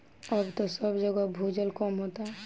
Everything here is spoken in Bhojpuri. अब त सब जगह भूजल कम होता